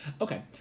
Okay